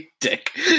Dick